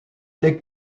les